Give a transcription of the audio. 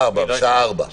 (הוראת שעה) (הגבלת פעילות והוראות נוספות) (תיקון מס' 23),